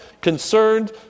concerned